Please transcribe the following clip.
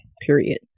period